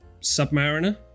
Submariner